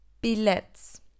Billets